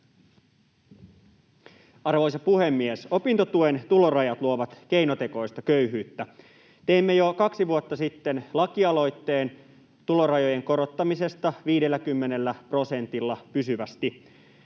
Arvoisa puhemies! Opintotuen tulorajat luovat keinotekoista köyhyyttä. Teimme jo kaksi vuotta sitten lakialoitteen tulorajojen korottamisesta 50 prosentilla pysyvästi.